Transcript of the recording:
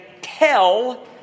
tell